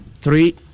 three